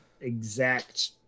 exact